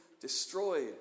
destroyed